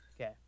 Okay